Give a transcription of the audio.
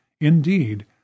indeed